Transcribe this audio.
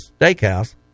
Steakhouse